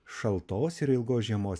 šaltos ir ilgos žiemos